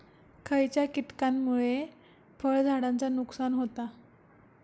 खयच्या किटकांमुळे फळझाडांचा नुकसान होता?